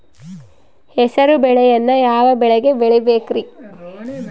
ಹೆಸರುಬೇಳೆಯನ್ನು ಯಾವ ಮಳೆಗೆ ಬೆಳಿಬೇಕ್ರಿ?